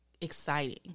exciting